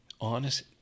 honest